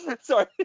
sorry